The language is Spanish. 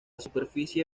superficie